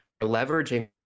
leveraging